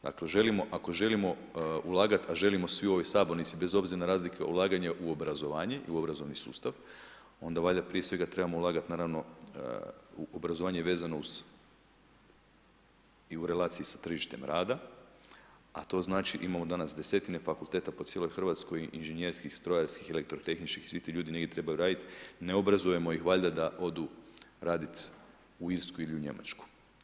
Dakle, ako želimo ulagati, a želimo svi u ovoj sabornici bez obzira na razlike, ulaganje u obrazovanje i obrazovni sustav, onda valjda prije svega trebamo ulagati naravno i obrazovanje vezano uz i relaciji tržištem rada a to znači, imamo danas desetina fakulteta po cijeloj Hrvatskoj, inženjerskih, strojarskih, elektrotehničkih, svi ti ljudi negdje trebaju raditi, ne obrazujemo ih valjda da odu raditi u Irsku ili Njemačku.